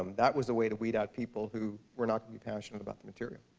that was the way to weed out people who were not passionate about the material.